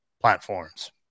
platforms